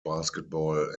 basketball